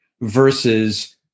versus